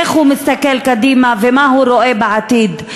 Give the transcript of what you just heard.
איך הוא מסתכל קדימה ומה הוא רואה בעתיד.